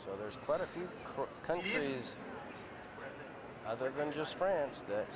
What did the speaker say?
so there's quite a few other than just friends th